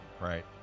Right